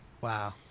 wow